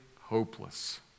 hopeless